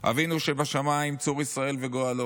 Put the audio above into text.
"אבינו שבשמיים, צור ישראל וגואלו,